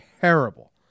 terrible